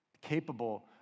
capable